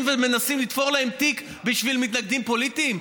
ומנסים לתפור להם תיק בשביל מתנגדים פוליטיים?